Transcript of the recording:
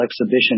exhibition